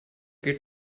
geht